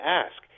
ask